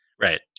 Right